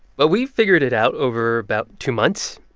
but we figured it out over about two months.